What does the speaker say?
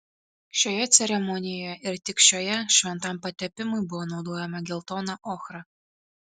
šioje ceremonijoje ir tik šioje šventam patepimui buvo naudojama geltona ochra